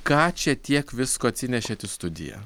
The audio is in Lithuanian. ką čia tiek visko atsinešėt į studiją